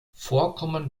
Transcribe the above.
vorkommen